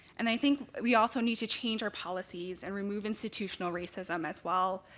and i think we also need to change our policies and remove institutional racism as well.